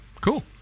cool